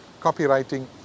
copywriting